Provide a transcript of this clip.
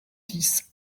dix